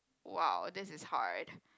!wah! this is hard